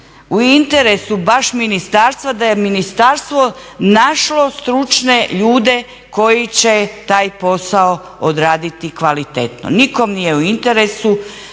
u interesu baš ministarstva da je ministarstvo našlo stručne ljude koji će taj posao odraditi kvalitetno. Nikom nije u interesu